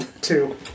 Two